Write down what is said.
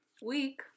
Week